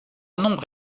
nombre